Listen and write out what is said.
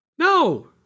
No